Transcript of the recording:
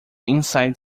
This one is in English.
inside